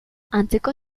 antzeko